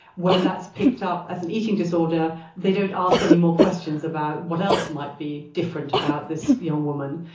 when that's picked up as an eating disorder they don't ask any more questions about what else might be different about this young woman.